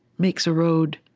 makes a road.